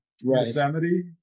Yosemite